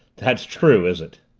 that's true, is it?